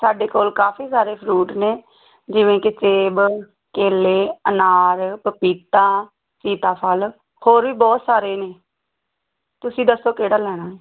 ਸਾਡੇ ਕੋਲ ਕਾਫੀ ਸਾਰੇ ਫਰੂਟ ਨੇ ਜਿਵੇਂ ਕਿ ਸੇਬ ਕੇਲੇ ਅਨਾਰ ਪਪੀਤਾ ਸੀਤਾ ਫ਼ਲ ਹੋਰ ਵੀ ਬਹੁਤ ਸਾਰੇ ਨੇ ਤੁਸੀਂ ਦੱਸੋ ਕਿਹੜਾ ਲੈਣਾ